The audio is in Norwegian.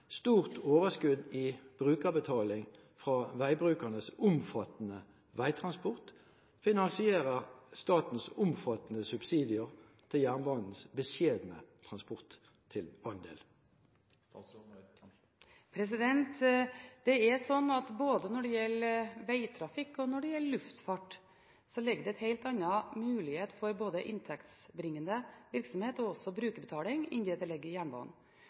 Stort overskudd i brukerbetaling fra veibrukernes omfattende veitransport finansierer statens omfattende subsidier til jernbanens beskjedne transportandel. Det er slik at det i både vegtrafikk og luftfart ligger helt andre muligheter for inntektsbringende virksomhet og brukerbetaling enn det som ligger i jernbane. Det er noe av det en må forholde seg til når det gjelder de